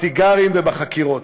בסיגרים ובחקירות.